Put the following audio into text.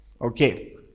Okay